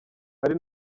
hari